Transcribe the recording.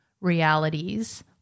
realities